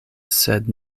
sed